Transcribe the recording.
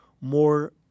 more